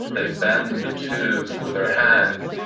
they bend the tubes with their hands.